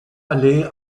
allee